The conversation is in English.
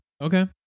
Okay